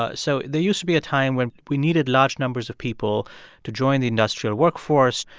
ah so there used to be a time when we needed large numbers of people to join the industrial workforce,